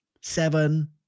seven